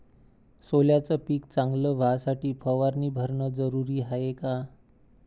सोल्याचं पिक चांगलं व्हासाठी फवारणी भरनं जरुरी हाये का?